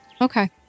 Okay